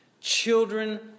children